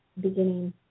beginning